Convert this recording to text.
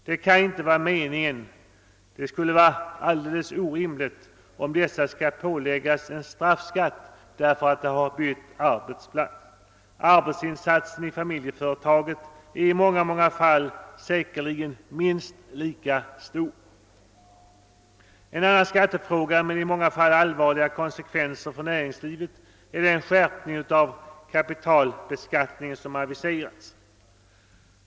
Det kan inte vara meningen — det skulle vara alldeles orimligt — att dessa skall påläggas en straff skatt därför att de bytt arbetsplats. Arbetsinsatsen i familjeföretaget är i många fall säkerligen minst lika stor. En annan skattefråga med i många fall allvarliga konsekvenser för näringslivet är den skärpning av kapitalbeskattningen som aviserats.